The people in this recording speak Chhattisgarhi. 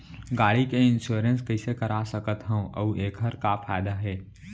गाड़ी के इन्श्योरेन्स कइसे करा सकत हवं अऊ एखर का फायदा हे?